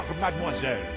mademoiselle